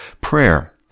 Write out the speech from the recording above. prayer